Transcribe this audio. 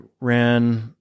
ran